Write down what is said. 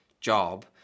job